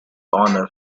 honor